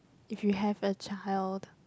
if you have a child